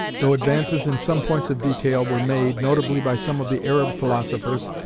though advances in some points of detail were made, notably by some of the arab philosophers,